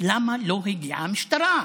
למה לא הגיעה המשטרה?